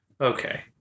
Okay